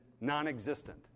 non-existent